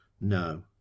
No